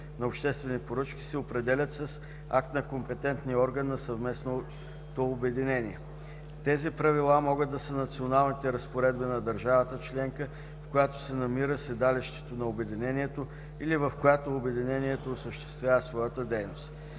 на обществени поръчки се определят с акт на компетентния орган на съвместното обединение. Тези правила могат да са националните разпоредби на държавата членка, в която се намира седалището на обединението или в която обединението осъществява своята дейност.